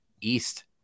East